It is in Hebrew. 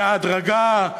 בהדרגה,